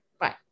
Right